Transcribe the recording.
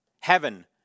heaven